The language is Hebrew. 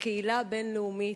הקהילייה הבין-לאומית,